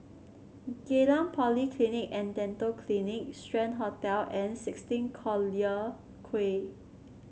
Geylang Polyclinic and Dental Clinic Strand Hotel and sixteen Collyer Quay